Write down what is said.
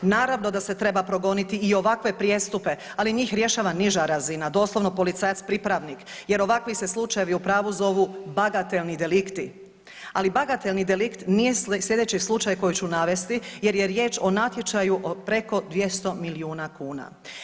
Naravno da se treba progoniti i ovakve prijestupe ali njih rješava niža razina, doslovno policajac pripravnik jer ovakvi se slučajevi u prvu zovu bagatelni delikti, ali bagatelni delikt nije slijedeći slučaj koji ću navesti jer je riječ o natječaju o preko 200 milijuna kuna.